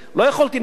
לא יכולתי לנסח,